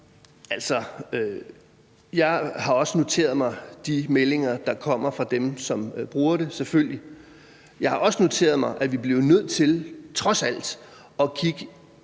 også noteret mig de meldinger, der kommer fra dem, som bruger det. Jeg har også noteret mig, at vi trods alt bliver nødt til at kigge